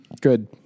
Good